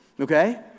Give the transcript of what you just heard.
okay